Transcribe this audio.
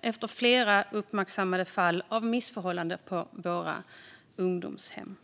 efter flera uppmärksammade fall av missförhållanden på ungdomshem.